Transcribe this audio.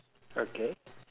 okay